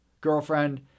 girlfriend